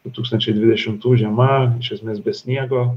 du tūkstančiai dvidešimtų žiema iš esmės be sniego